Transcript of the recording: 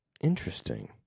Interesting